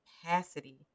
capacity